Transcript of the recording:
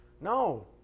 No